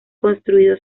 construido